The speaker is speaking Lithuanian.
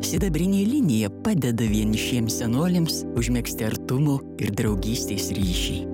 sidabrinė linija padeda vienišiems senoliams užmegzti artumo ir draugystės ryšį